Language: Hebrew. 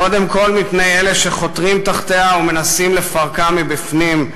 קודם כול מפני אלה שחותרים תחתיה ומנסים לפרקה מבפנים,